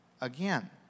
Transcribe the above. again